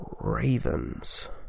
Ravens